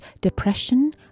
Depression